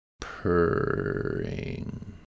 purring